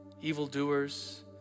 evildoers